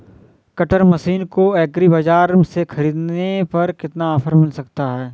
Cutter machine को agri बाजार से ख़रीदने पर कितना ऑफर मिल सकता है?